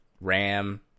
RAM